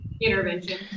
Intervention